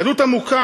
יהדות עמוקה,